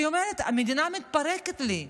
היא אומרת: המדינה מתפרקת לי,